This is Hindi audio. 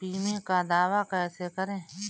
बीमे का दावा कैसे करें?